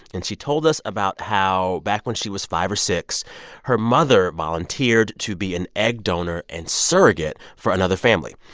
and she told us about how, back when she was five or, six her mother volunteered to be an egg donor and surrogate for another family.